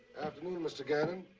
afternoon, mr. gannon.